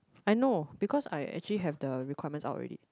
I know because I actually have the requirements out already